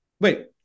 Wait